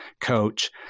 coach